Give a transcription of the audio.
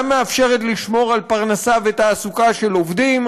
גם מאפשרת לשמור על פרנסה ותעסוקה של עובדים,